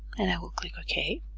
and i will click ok